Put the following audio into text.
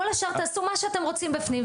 כל השאר תעשו מה שאתם רוצים בפנים,